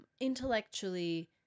intellectually